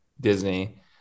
disney